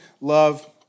love